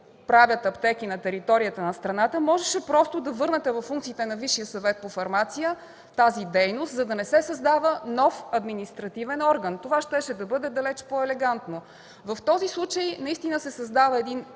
правят аптеки на територията на страната, можеше просто да върнете във функциите на Висшия съвет по фармация тази дейност, за да не се създава нов административен орган. Това щеше да бъде далеч по-елегантно. В този случай наистина се създава един